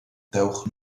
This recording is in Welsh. dewch